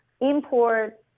import